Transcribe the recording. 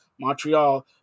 Montreal